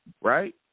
right